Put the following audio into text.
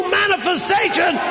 manifestation